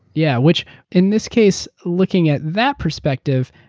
yeah which in this case, looking at that perspective,